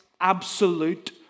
absolute